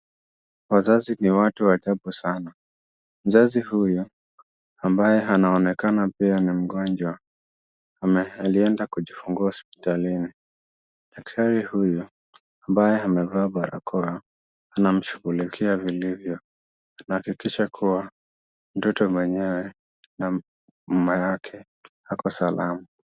Wazazi ni watu wa ajabu sana. Mzazi huyu ambaye anaonekana pia ni mgonjwa alienda kujifungua hospitalini. Daktari huyu ambaye amevaa barakoa anamshughulikia vilivyo, anahakikisha kuwa mtoto mwenyewe na mama yake wako salama.